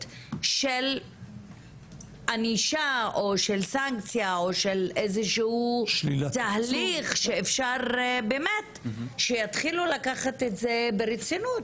של ענישה או סנקציה או תהליך כך שיתחילו לקחת את זה ברצינות.